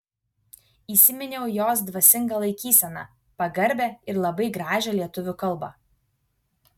įsiminiau jos dvasingą laikyseną pagarbią ir labai gražią lietuvių kalbą